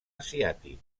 asiàtic